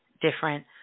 different